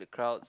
crowds